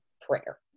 Prayer